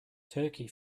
turkey